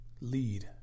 lead